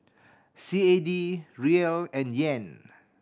C A D Riel and Yen